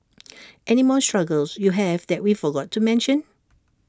any more struggles you have that we forgot to mention